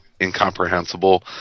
incomprehensible